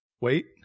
wait